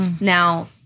Now